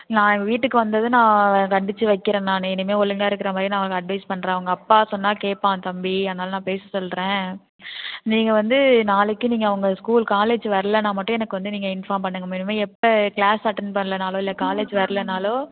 நான் வீட்டுக்கு வந்ததும் நான் கண்டித்து வைக்கிறேன் நானே இனிமேல் ஒழுங்கா இருக்கிற மாதிரி நான் அவன அட்வைஸ் பண்ணுறேன் அவங்க அப்பா சொன்னால் கேட்பான் தம்பி அதனால் நான் பேச சொல்கிறேன் நீங்கள் வந்து நாளைக்கு நீங்கள் அவங்க ஸ்கூல் காலேஜி வரலன்னா மட்டும் எனக்கு வந்து நீங்கள் இன்ஃபாம் பண்ணுங்க இனிமேல் எப்போ க்ளாஸ் அட்டென்ட் பண்ணலேனாலோ இல்லை காலேஜ் வரலனாலோ